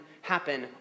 happen